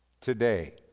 Today